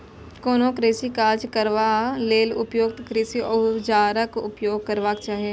कोनो कृषि काज करबा लेल उपयुक्त कृषि औजारक उपयोग करबाक चाही